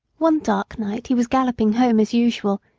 one dark night he was galloping home as usual,